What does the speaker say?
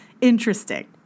interesting